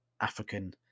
african